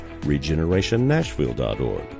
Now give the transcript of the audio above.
regenerationnashville.org